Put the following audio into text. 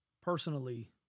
personally